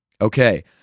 Okay